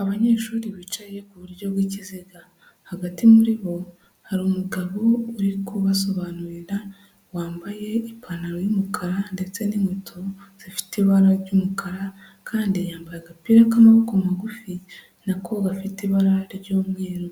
Abanyeshuri bicaye ku buryo bw'ikiziga, hagati muri bo hari umugabo uri kubasobanurira wambaye ipantaro y'umukara ndetse n'inkweto zifite ibara ry'umukara, kandi yambaye agapira k'amaboko magufi na ko gafite ibara ry'umweru,